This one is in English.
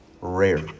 rare